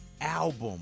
album